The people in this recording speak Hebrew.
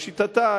לשיטתה,